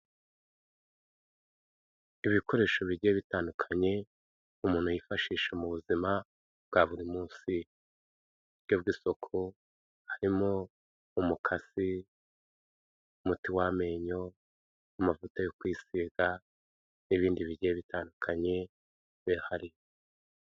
Ibikoresho bigiye bitandukanye umuntu yifashisha mu buzima bwa buri munsi bwe bw'isuku, harimo umukasi, umuti w'amenyo, amavuta yo kwisiga n'ibindi bigiye bitandukanye bihari.